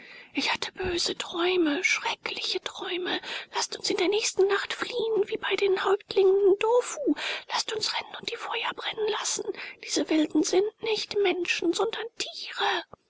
ich hatte böse träume schreckliche träume laßt uns in der nächsten nacht fliehen wie bei dem häuptling ndofu laßt uns rennen und die feuer brennen lassen diese wilden sind nicht menschen sondern tiere